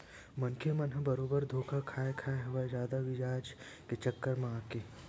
मनखे मन ह बरोबर धोखा खाय खाय हवय जादा बियाज के चक्कर म आके